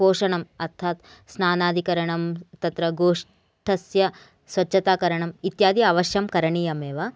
पोषणम् अर्थात् स्नानादिकरणं तत्र गोष्ठस्य स्वच्छताकरणम् इत्यादि अवश्यं करणीयम् एव